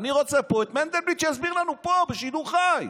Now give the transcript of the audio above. אני רוצה פה את מנדלבליט שיסביר לנו בשידור חי.